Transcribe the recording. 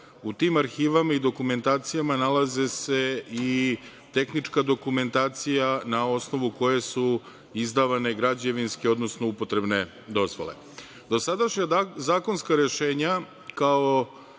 u tim arhivama i dokumentacijama nalaze se i tehnička dokumentacija na osnovu koje su izdavane građevinske, odnosno upotrebne dozvole. Dosadašnja zakonska rešenja, kao